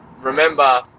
remember